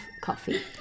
coffee